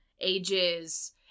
ages